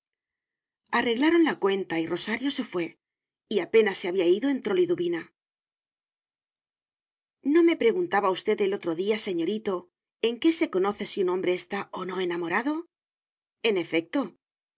arreglaron la cuenta y rosario se fué y apenas se había ido entró liduvina no me preguntaba usted el otro día señorito en qué se conoce si un hombre está o no enamorado en efecto